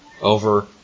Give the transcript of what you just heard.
over